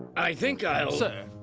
i think i'll. sir.